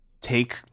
take